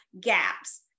gaps